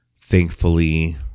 Thankfully